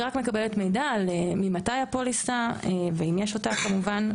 היא רק מקבלת מידע ממתי הפוליסה ואם יש אותה כמובן.